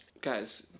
Guys